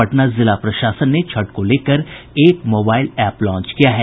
पटना जिला प्रशासन ने छठ को लेकर एक मोबाईल एप्प लांच किया है